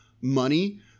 money